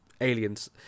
aliens